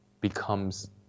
becomes